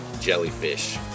jellyfish